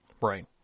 right